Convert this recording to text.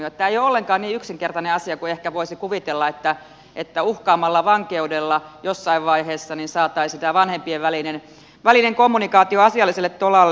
tämä ei ole olleenkaan niin yksinkertainen asia kuin ehkä voisi kuvitella että uhkaamalla vankeudella jossain vaiheessa saataisiin tämä vanhempien välinen kommunikaatio asialliselle tolalle